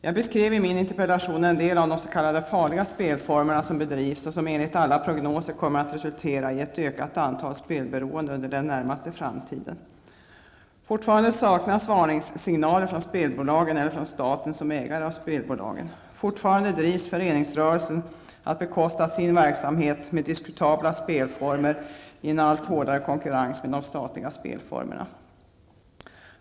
Jag beskrev i min interpellation en del av de s.k. farliga spelformer som bedrivs och som enligt alla prognoser kommer att resultera i ett ökat antal spelberoende under den närmaste framtiden. Fortfarande saknas varningssignaler från spelbolagen eller från staten som ägare av spelbolagen. Fortfarande drivs föreningsrörelsen att bekosta sin verksamhet med diskutabla spelformer i en allt hårdare konkurrens med de statliga spelformerna.